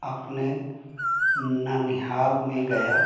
अपने ननिहाल में गया